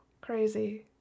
crazy